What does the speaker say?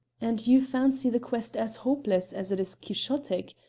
and you fancy the quest as hopeless as it is quixotic?